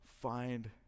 find